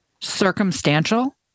circumstantial